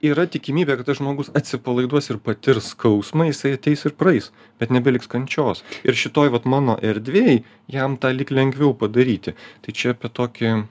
yra tikimybė kad tas žmogus atsipalaiduos ir patirs skausmą jisai ateis ir praeis bet nebeliks kančios ir šitoj vat mano erdvėj jam tą lyg lengviau padaryti tai čia apie tokį